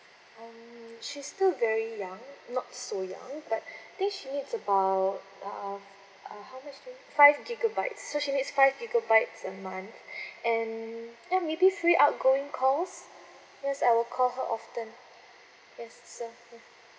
um she's still very young not so young but think she needs about uh uh how much do you five gigabytes so she needs five gigabytes a month and ya maybe free outgoing calls because I will call her often yes so